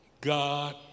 God